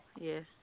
yes